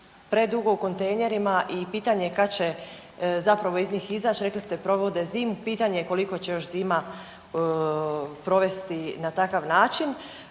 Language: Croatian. predugo u kontejnerima i pitanje je kad će zapravo iz njih izać, rekli ste provode zimu, pitanje je koliko će još zima provesti na takav način.